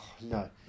no